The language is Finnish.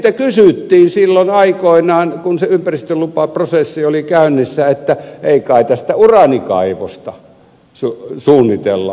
siitä kysyttiin silloin aikoinaan kun ympäristölupaprosessi oli käynnissä että ei kai tästä uraanikaivosta suunnitella